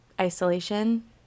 isolation